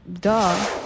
Duh